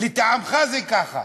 לטעמך זה ככה.